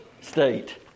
state